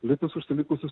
litus užsilikusius